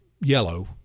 yellow